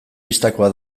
bistakoa